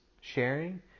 sharing